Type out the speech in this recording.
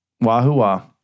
wahoo